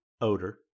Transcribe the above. odor